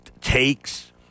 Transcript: takes